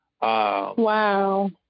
Wow